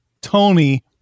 Tony